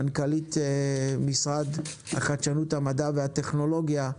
מנכ"לית משרד החדשנות, המדע והטכנולוגיה,